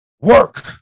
work